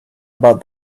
about